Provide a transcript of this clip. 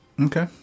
Okay